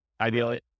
Ideally